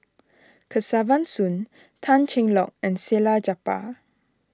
Kesavan Soon Tan Cheng Lock and Salleh Japar